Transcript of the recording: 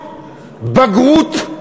בגרות,